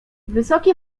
wysoki